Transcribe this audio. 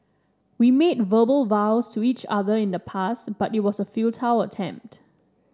we made verbal vows to each other in the past but it was a futile attempt